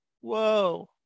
Whoa